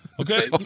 Okay